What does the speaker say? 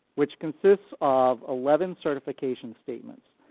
which consists of eleven certification statements.